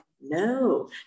no